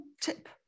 tip